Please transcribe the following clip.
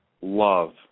love